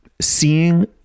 seeing